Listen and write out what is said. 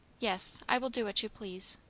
yes. i will do what you please,